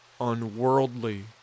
unworldly